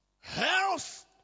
Health